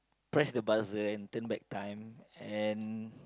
press the buzzer and turn back time and